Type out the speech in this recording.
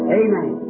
amen